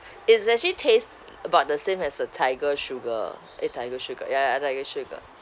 it's actually taste about the same as the tiger sugar eh tiger sugar ya ya tiger sugar